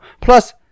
Plus